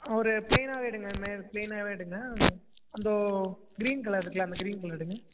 ஒரு ப்ளைனாகவே எடுங்கள் மே ப்ளைனாகவே எடுங்கள் அந்தோ க்ரீன் கலர் இருக்கில்ல அந்த க்ரீன் கலர் எடுங்கள்